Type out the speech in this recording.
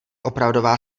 opravdová